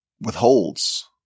withholds